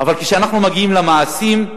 אבל כשאנחנו מגיעים למעשים,